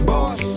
Boss